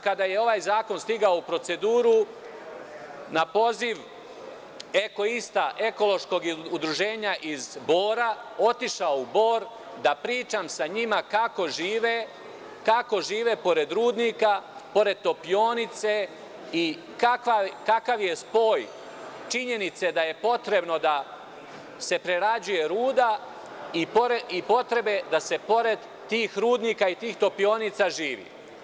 Kada je ovaj zakon stigao u proceduru, ja sam na poziv „Ekoista“, ekološkog udruženja iz Bora, otišao u Bor da pričam sa njima kako žive pored rudnika, pored topionice i kakav je spoj činjenice da je potrebno da se prerađuje ruda i potrebe da se pored tih rudnika i tih topionica živi.